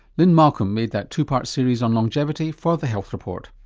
lynne malcolm made that two-part series on longevity for the health report.